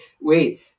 wait